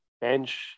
bench